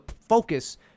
focus